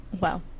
wow